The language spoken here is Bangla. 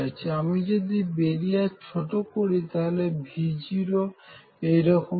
আমি যদি বেরিয়ার ছোট করি তারমানে V0 এইরকম ছোট